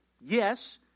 Yes